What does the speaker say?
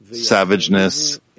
savageness